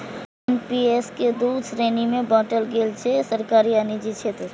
NPS कें दू श्रेणी मे बांटल गेल छै, सरकारी आ निजी क्षेत्र